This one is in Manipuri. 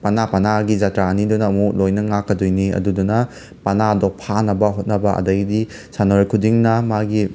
ꯄꯅꯥ ꯄꯥꯅꯥꯒꯤ ꯖꯇ꯭ꯔꯥ ꯑꯟꯤꯗꯨꯅ ꯑꯃꯨꯛ ꯂꯣꯏꯅ ꯉꯥꯛꯀꯗꯣꯏꯅꯤ ꯑꯗꯨꯗꯨꯅ ꯄꯥꯅꯥꯗꯣ ꯐꯥꯅꯕ ꯍꯣꯠꯅꯕ ꯑꯗꯒꯤꯗꯤ ꯁꯥꯟꯅꯔꯣꯏ ꯈꯨꯗꯤꯡꯅ ꯃꯥꯒꯤ